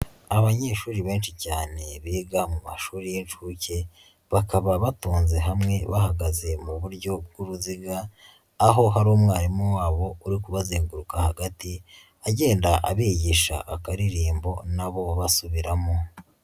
Abanyeshuri benshi cyane biga mu mashuri y'incuke, bakaba batonze hamwe bahagaze mu buryo bw'uruziga, aho hari umwarimu wabo uri kubazenguruka hagati agenda abigisha akaririmbo na bo basubiramo.